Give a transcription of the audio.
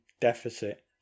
deficit